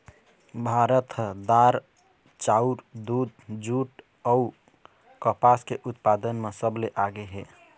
भारत ह दार, चाउर, दूद, जूट अऊ कपास के उत्पादन म सबले आगे हे